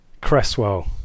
Cresswell